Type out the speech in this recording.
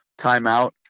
timeout